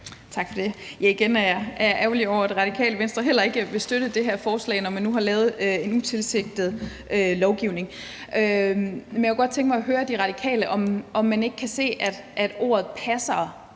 Tak for det. Igen er jeg ærgerlig over, at Radikale Venstre heller ikke vil støtte det her forslag, når man nu har lavet en utilsigtet lovgivning. Men jeg kunne godt tænke mig at høre De Radikale, om man ikke kan se, at ordet passere